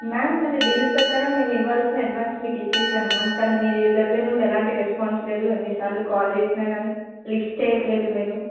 ma'am మన deal ప్రకారం మేము ఇవ్వాల్సిన అడ్వాన్స్ మీకు ఇచ్చాము మ్యామ్ కానీ మీ దగ్గర నుండి ఎలాంటి రెస్పాన్స్ లేదు ఎన్నిసార్లు కాల్ చేసినా కానీ లిఫ్ట్ చేయట్లేదు మీరు